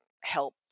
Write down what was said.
help